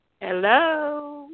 Hello